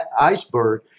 iceberg